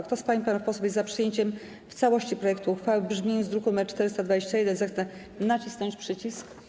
Kto z pań i panów posłów jest za przyjęciem w całości projektu uchwały w brzmieniu z druku nr 421, zechce nacisnąć przycisk.